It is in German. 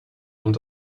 und